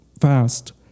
fast